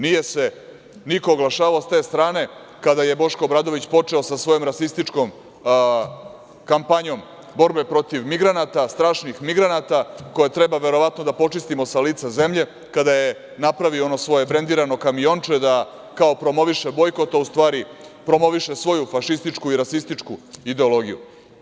Nije se niko oglašavao sa te strane kada je Boško Obradović počeo sa svojom rasističkom kampanjom borbe protiv migranata, strašnih migranata koje treba verovatno da počistimo sa lica zemlje kada je napravio ono svoje brendirano kamijonče da kao promoviše bojkot, a u stvari promoviše svoju fašističku i rasističku ideologiju.